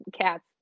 cats